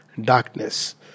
darkness